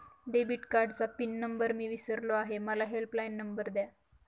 debit कार्डचा pin number मी विसरलो आहे मला हेल्पलाइन नंबर द्या